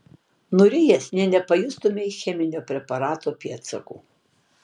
nurijęs nė nepajustumei cheminio preparato pėdsakų